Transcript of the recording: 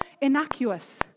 innocuous